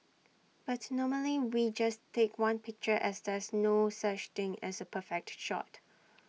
but normally we just take one picture as there's no such thing as A perfect shot